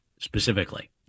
specifically